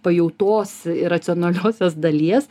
pajautos irracionaliosios dalies